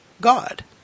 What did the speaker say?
God